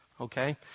okay